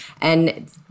And-